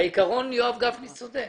בעיקרון יואב גפני צודק.